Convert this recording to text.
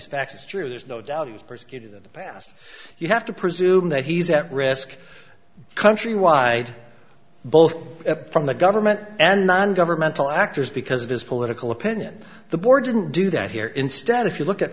facts it's true there's no doubt he's persecuted in the past you have to presume that he's at risk countrywide both from the government and non governmental actors because of his political opinions the board didn't do that here instead if you look at